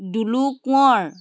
Dulu Konwar